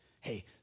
Hey